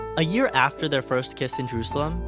a year after their first kiss in jerusalem,